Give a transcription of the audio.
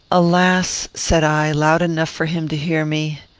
alas! said i, loud enough for him to hear me,